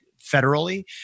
federally